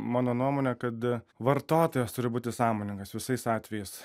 mano nuomone kada vartotojas turi būti sąmoningas visais atvejais